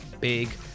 Big